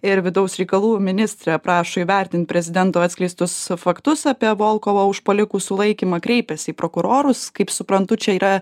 ir vidaus reikalų ministrė prašo įvertint prezidento atskleistus faktus apie volkovo užpuolikų sulaikymą kreipėsi į prokurorus kaip suprantu čia yra